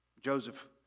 Joseph